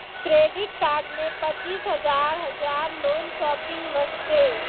Credit card मे पचीस हजार हजार लोन शॉपिंग वस्ते?